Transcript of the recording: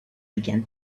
began